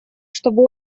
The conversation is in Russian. чтобы